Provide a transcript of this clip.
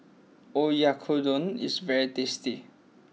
Oyakodon is very tasty